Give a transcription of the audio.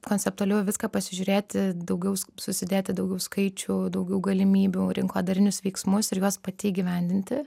konceptualiau į viską pasižiūrėti daugiau susidėti daugiau skaičių daugiau galimybių rinkodarinius veiksmus ir juos pati įgyvendinti